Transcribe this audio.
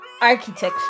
architecture